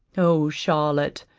oh charlotte,